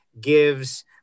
gives